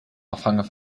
afhangen